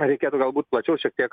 reikėtų galbūt plačiau šiek tiek